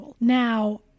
Now